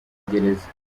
gereza